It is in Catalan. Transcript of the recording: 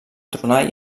tronar